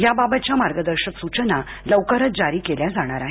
याबाबतच्या मार्गदर्शक सूचना लवकरच जारी केल्या जाणार आहेत